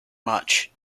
much